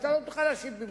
ולא תוכל להשיב במקומו: